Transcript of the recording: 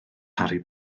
harry